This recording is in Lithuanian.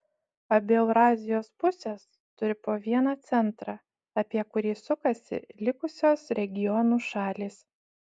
abi eurazijos pusės turi po vieną centrą apie kurį sukasi likusios regionų šalys